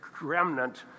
remnant